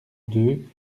deux